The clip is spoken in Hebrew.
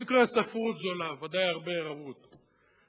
"ספרות זולה", וודאי רבים ראו אותו.